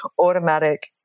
automatic